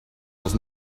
was